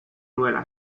nuela